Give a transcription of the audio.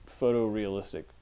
photorealistic